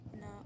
No